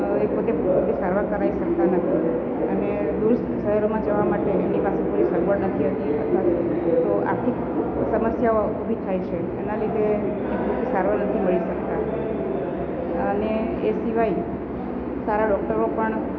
એક વખતે પોતે પોતે સારવાર કરાવી શકતા નથી અને દૂર શહેરોમાં જવા માટે એની પાસે કોઈ સગવડ નથી હોતી અથવા તો આખી સમસ્યાઓ ઊભી થાય છે એના લીધે સારવાર નથી મળી શકતા અને એ સિવાય સારા ડૉક્ટરો પણ